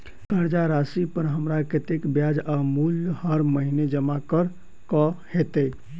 कर्जा राशि पर हमरा कत्तेक ब्याज आ मूल हर महीने जमा करऽ कऽ हेतै?